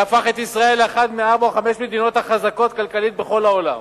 זה הפך את ישראל לאחת מארבע או חמש המדינות החזקות כלכלית בכל העולם.